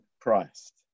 Christ